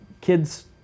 kids